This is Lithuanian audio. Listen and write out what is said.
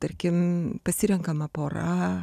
tarkim pasirenkama pora